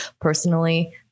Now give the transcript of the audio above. personally